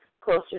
closer